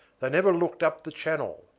they never looked up the channel,